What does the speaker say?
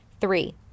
three